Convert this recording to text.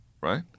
right